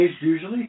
usually